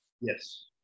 Yes